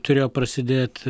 turėjo prasidėt